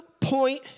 point